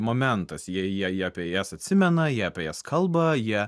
momentas jis jie jie apie jas atsimena jie apie jas kalba jie